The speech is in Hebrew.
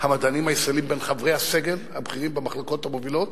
המדענים הישראלים בין חברי הסגל הבכירים במחלקות המובילות?